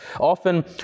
often